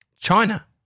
China